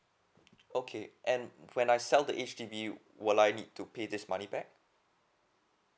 okay and when I sell the H_D_B will I need to pay this money back